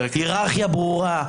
היררכיה ברורה,